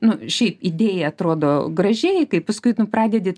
nu šiaip idėja atrodo gražiai kai paskui nu pradedi